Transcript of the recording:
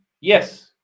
yes